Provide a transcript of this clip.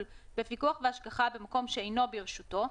בפיקוח והשגחה במקום שאינו ברשותו,